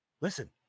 listen